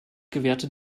gewährte